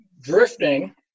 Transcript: drifting